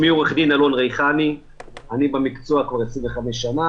אני במקצוע כבר 25 שנה.